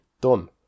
Done